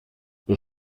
the